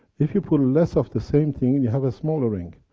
if you put less of the same thing, and you have a smaller ring.